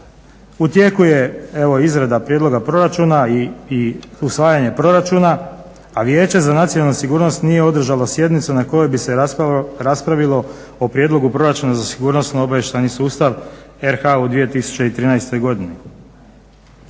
U tijeku je izrada prijedloga proračuna i usvajanje proračuna, a Vijeća za nacionalnu sigurnost nije održalo sjednicu na kojoj bi se raspravilo o Prijedlogu proračuna za sigurnosno-obavještajni sustav RH u 2013. godini.